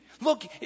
Look